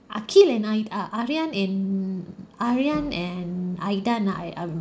arkin and I uh aryan and aryan and aidan ah I I would